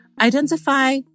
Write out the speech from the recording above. identify